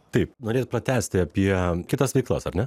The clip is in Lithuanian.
taip norėjot pratęsti apie kitas veiklas ar ne